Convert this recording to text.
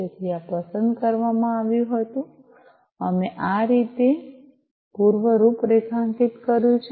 તેથી આ પસંદ કરવામાં આવ્યું હતું અમે આ રીતે પૂર્વ રૂપરેખાંકિત કર્યું છે